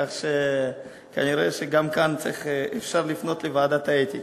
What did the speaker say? כך שכנראה גם כאן אפשר לפנות לוועדת האתיקה.